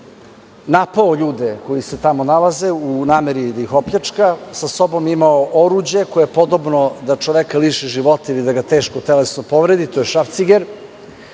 napao ljude koji se tamo nalaze, u nameri da ih opljačka. Sa sobom je imao oruđe koje je podobno da čoveka liši života ili da ga teško telesno povredi, to je šrafciger.